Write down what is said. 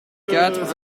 quatre